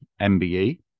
MBE